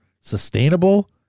sustainable